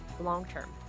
long-term